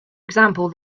example